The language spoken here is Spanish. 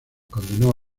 condenó